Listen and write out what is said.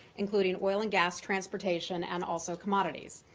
including oil and gas transportation, and also commodities.